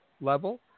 level